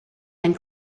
and